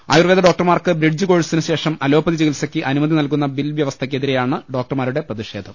ആയുർവേദ ഡോക്ടർമാർക്ക് ബ്രിഡ്ജ് കോഴ്സിന് ശേഷം അലോപ്പതി ചികിത്സക്ക് അനുമതി നൽകുന്ന ബിൽ വ്യവ സ്ഥക്ക് എതിരെയാണ് ഡോക്ടർമാരുടെ പ്രതിഷേധം